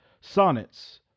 Sonnets